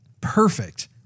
Perfect